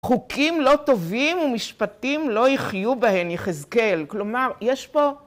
חוקים לא טובים ומשפטים לא יחיו בהם יחזקאל. כלומר, יש פה...